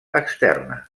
externa